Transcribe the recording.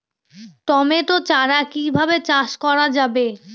Tomato চারা কিভাবে চাষ করা যাবে?